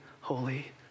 holy